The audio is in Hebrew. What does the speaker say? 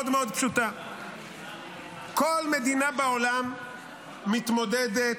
הפשיזם הזה --- אז למה אתה לא מבטל?